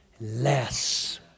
less